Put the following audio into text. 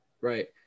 Right